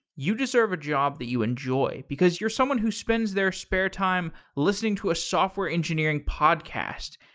you deserve a job that you enjoy, because you're someone who spends their spare time listening to a software engineering podcast.